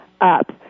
up